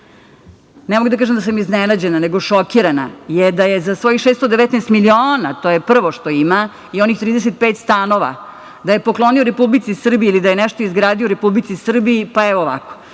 ne mogu da kažem da sam iznenađena, nego šokirana, da je za svojih 619 miliona, to je prvo što ima i onih 35 stanova, da je poklonio Republici Srbiji ili da je nešto izgradio u Republici Srbiji, pa evo ovako. Mi